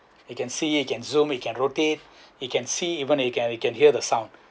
you can see you can zoom you can rotate you can see even you can you can hear the sound